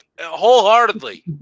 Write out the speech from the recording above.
Wholeheartedly